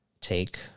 take